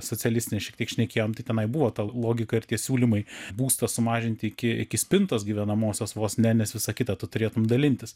socialistinę šiek tiek šnekėjome tai tenai buvo ta logika ir tie siūlymai būstą sumažinti iki iki spintos gyvenamosios vos ne nes visa kita tu turėtum dalintis